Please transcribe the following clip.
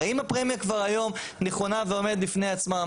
הרי אם הפרמיה כבר היום נכונה ועומדת בפני עצמה,